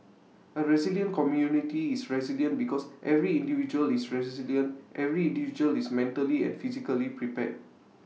A resilient community is resilient because every individual is resilient every individual is mentally and physically prepared